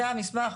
זה המסמך.